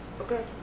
Okay